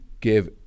give